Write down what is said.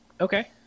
Okay